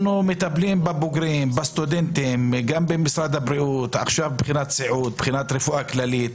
900 סטודנטים עברו את הבחינה והם עכשיו עורכי דין,